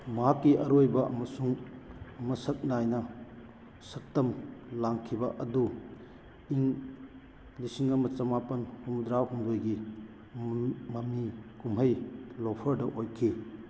ꯃꯍꯥꯛꯀꯤ ꯑꯔꯣꯏꯕ ꯑꯃꯁꯨꯡ ꯃꯁꯛ ꯅꯥꯏꯅ ꯁꯛꯇꯝ ꯂꯥꯡꯈꯤꯕ ꯑꯗꯨ ꯏꯪ ꯂꯤꯁꯤꯡ ꯑꯃ ꯆꯃꯥꯄꯜ ꯍꯨꯝꯐꯨꯇꯔꯥꯍꯨꯝꯗꯣꯏꯒꯤ ꯃꯃꯤ ꯀꯨꯝꯍꯩ ꯂꯣꯐꯔꯗ ꯑꯣꯏꯈꯤ